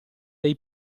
dei